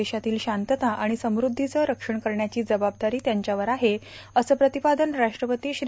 देशातील शांतता आणि समुद्धीचं रक्षण करण्याची जबाबदारी त्यांच्यावर आहे असं प्रतिपादन राष्ट्रपती श्री